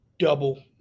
double